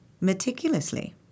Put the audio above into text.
Meticulously